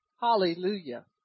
Hallelujah